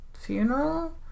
funeral